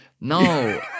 No